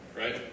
right